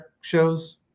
shows